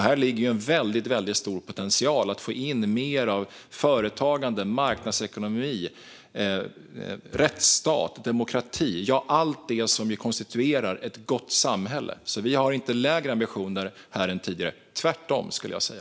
Här ligger en väldigt stor potential att få in mer av företagande, marknadsekonomi, rättsstat och demokrati, ja, allt som konstituerar ett gott samhälle. Vi har alltså inte lägre ambitioner här än tidigare - tvärtom, skulle jag säga.